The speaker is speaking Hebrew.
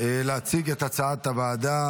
להציג את הצעת הוועדה.